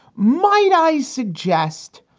might i suggest,